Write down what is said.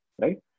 right